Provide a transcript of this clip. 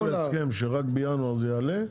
לא, הם הגיעו להסכם שרק בינואר זה יעלה.